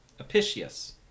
Apicius